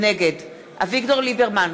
נגד אביגדור ליברמן,